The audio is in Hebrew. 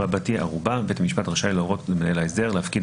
159כבערובה בית המשפט רשאי להורות למנהל ההסדר להפקיד